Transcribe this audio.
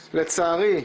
לצערי,